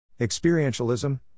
Experientialism